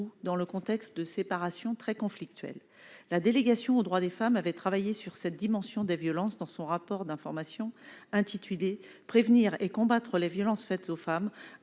dans le contexte de séparation très conflictuelle, la délégation aux droits des femmes avaient travaillé sur cette dimension des violences dans son rapport d'information intitulé prévenir et combattre les violences faites aux femmes,